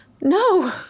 no